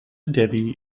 devi